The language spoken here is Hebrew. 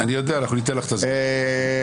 טוב.